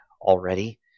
already